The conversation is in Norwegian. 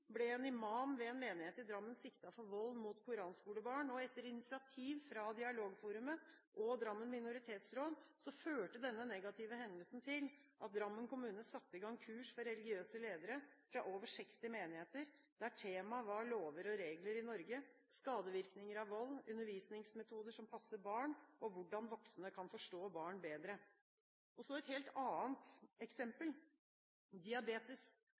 ble en imam ved en menighet i Drammen siktet for vold mot koranskolebarn. Etter initiativ fra dialogforumet og Drammen Minoritetsråd førte denne negative hendelsen til at Drammen kommune satte i gang kurs for religiøse ledere fra over 60 menigheter, der tema var lover og regler i Norge, skadevirkninger av vold, undervisningsmetoder som passer barn, og hvordan voksne kan forstå barn bedre. Så et helt annet eksempel: